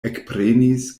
ekprenis